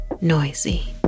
noisy